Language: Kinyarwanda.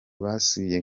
basubiye